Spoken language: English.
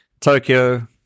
Tokyo